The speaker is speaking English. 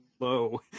low